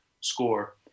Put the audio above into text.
score